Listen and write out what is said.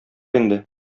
инде